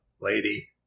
Lady